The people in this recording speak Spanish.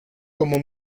como